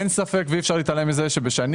אין ספק ואי אפשר להתעלם מזה שבשנים